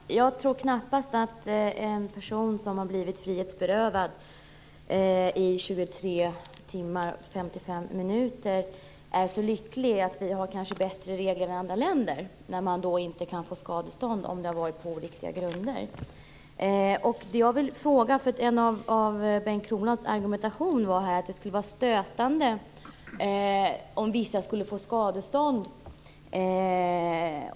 Herr talman! Jag tror knappast att en person som har blivit frihetsberövad i 23 timmar och 55 minuter är särskilt lycklig över att vi i Sverige kanske har bättre regler än andra länder. Man kan ju inte få skadestånd om det bygger på oriktiga grunder. Ett av Bengt Kronblads argument här var att det skulle vara stötande om vissa fick skadestånd.